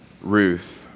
Ruth